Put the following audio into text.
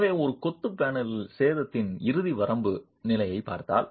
எனவே ஒரு கொத்து பேனலில் சேதத்தின் இறுதி வரம்பு நிலையைப் பார்த்தால்